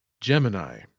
Gemini